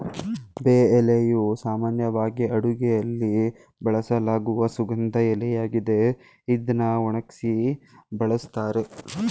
ಬೇ ಎಲೆಯು ಸಾಮಾನ್ಯವಾಗಿ ಅಡುಗೆಯಲ್ಲಿ ಬಳಸಲಾಗುವ ಸುಗಂಧ ಎಲೆಯಾಗಿದೆ ಇದ್ನ ಒಣಗ್ಸಿ ಬಳುಸ್ತಾರೆ